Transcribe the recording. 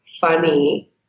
funny